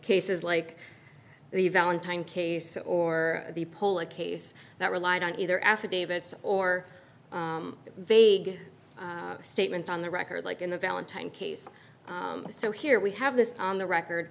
cases like the valentine case or the pull a case that relied on either affidavits or vague statements on the record like in the valentine case so here we have this on the record